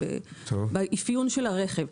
באפיון של הרכב.